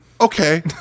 okay